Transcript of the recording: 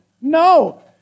No